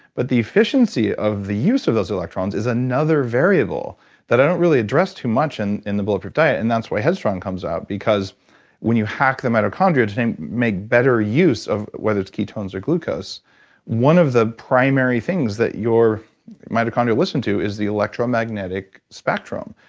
but the efficiency of the use of those electrons is another variable that i don't really address too much in in the bulletproof diet and that's why head strong comes out because when you hack the mitochondria to make better use of whether it's ketones or glucose one of the primary things that your mitochondria listen to is the electromagnetic spectrum.